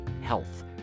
health